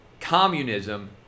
communism